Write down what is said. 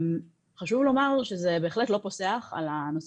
חשוב לומר שזה בהחלט לא פוסח על הנושא